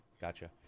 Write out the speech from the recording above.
Gotcha